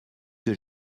que